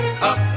up